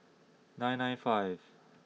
nine nine five